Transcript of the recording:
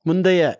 முந்தைய